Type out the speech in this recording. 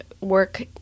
work